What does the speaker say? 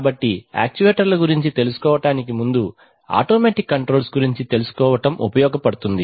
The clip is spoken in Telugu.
కాబట్టి యాక్చువేటర్ల గురించి తెలుసుకోవడానికి ముందు ఆటోమేటిక్ కంట్రోల్స్ గురించి తెలుసుకోవడం ఉపయోగపడుతుంది